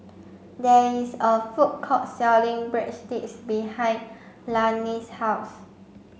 there is a food court selling Breadsticks behind Lanie's house